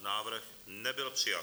Návrh nebyl přijat.